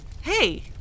Hey